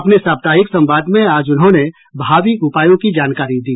अपने साप्ताहिक संवाद में आज उन्होंने भावी उपायों की जानकारी दी